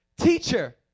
teacher